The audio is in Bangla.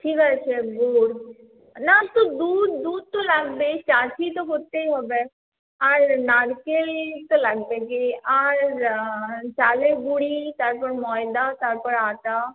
ঠিক আছে গুড় না তো দুধ দুধ তো লাগবেই চাসনি তো করতেই হবে আর নারকেল নিতে লাগবে দিয়ে আর চালের গুঁড়ি তারপর ময়দা তারপর আটা